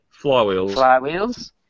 Flywheels